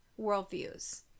worldviews